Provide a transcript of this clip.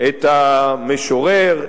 את המשורר,